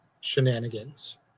shenanigans